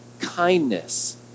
kindness